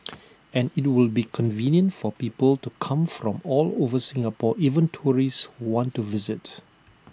and IT will be convenient for people to come from all over Singapore even tourists who want to visit